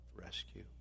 rescue